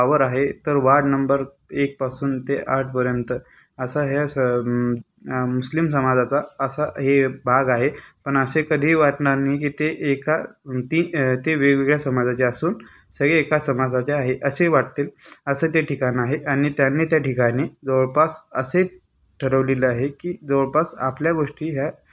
वावर आहे तर वार्ड नंबर एकपासून ते आठपर्यंत असा हे असं मुस्लिम समाजाचा असा हे भाग आहे पण असे कधी वाटणार नाही की ते एका ती ते वेगवेगळ्या समाजाचे असून सगळे एकाच समाजाचे आहे असे वाटतील असं ते ठिकाण आहे आणि त्यांनी त्या ठिकाणी जवळपास असे ठरवलेले आहे की जवळपास आपल्या गोष्टी ह्या